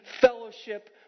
fellowship